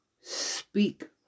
speak